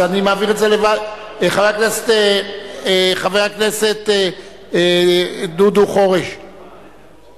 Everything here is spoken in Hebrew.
אני קובע שהצעת חוק המכינות הקדם-צבאיות (תיקון,